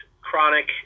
chronic